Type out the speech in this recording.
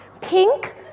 pink